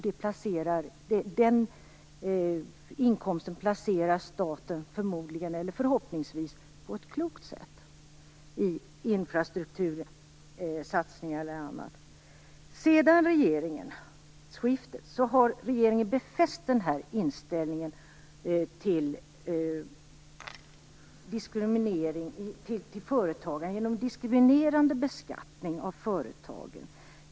Den inkomsten placerar staten förmodligen, eller förhoppningsvis, på ett klokt sätt, t.ex. i infrastruktursatsningar eller annat. Sedan regeringsskiftet har regeringen befäst denna inställning till företagare genom diskriminerande beskattning av företag.